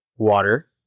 Water